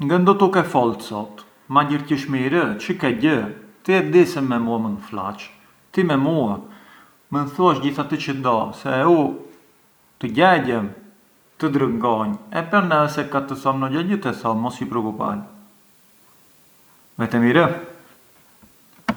Ngë ndutu ke folë sot, ma gjërgjish mirë? Çë ke gjë? Ti e di se me mua mënd flaç, ti me mua mënd thuash gjithë atë çë do, se u të gjegjem, të drëngonj e pran na ë se ka të thom ndo gjagjë te thom mos ju preokupar, vete mirë?